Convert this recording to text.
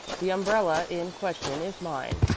the umbrella in question is mine.